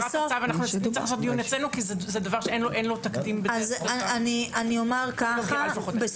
אנחנו נצטרך לעשות דיון אצלנו לגבי הפרת הצו כי זה דבר שאין לו תקדים.